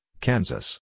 Kansas